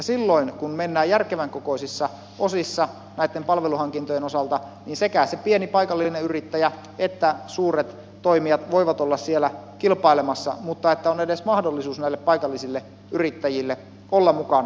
silloin kun mennään järkevän kokoisissa osissa näitten palveluhankintojen osalta niin sekä se pieni paikallinen yrittäjä että suuret toimijat voivat olla siellä kilpailemassa mutta on edes mahdollisuus näillä paikallisilla yrittäjillä olla mukana